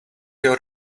your